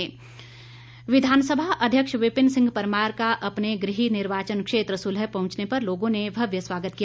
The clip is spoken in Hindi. विपिन परमार विधानसभा अध्यक्ष विपिन सिंह परमार का अपने गृह निर्वाचन क्षेत्र सुलह पुहंचने पर लोगों ने भव्य स्वागत किया